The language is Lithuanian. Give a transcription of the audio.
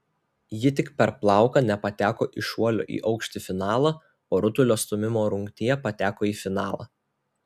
ji tik per plauką nepateko į šuolio į aukštį finalą o rutulio stūmimo rungtyje pateko į finalą